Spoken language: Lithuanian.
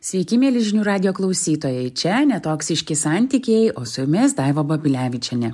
sveiki mieli žinių radijo klausytojai čia netoksiški santykiai o su jumis daiva babilevičienė